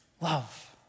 Love